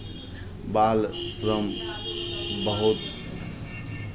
बाल श्रम बहुत